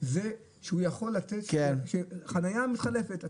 זה שהוא יכול לתת חנייה מתחלפת,